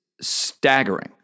staggering